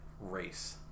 race